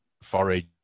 forage